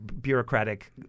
bureaucratic